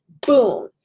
boom